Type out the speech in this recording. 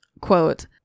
Quote